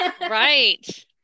right